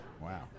Wow